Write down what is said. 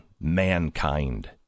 mankind